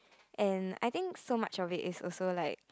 and I think so much of it is also like